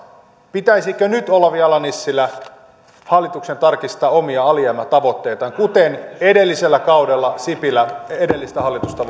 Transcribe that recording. pitäisikö nyt olavi ala nissilä hallituksen tarkistaa omia alijäämätavoitteitaan kuten edellisellä kaudella sipilä edelliseltä hallitukselta